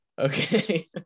Okay